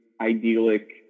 idyllic